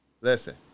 listen